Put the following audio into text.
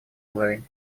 уровень